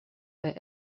kaj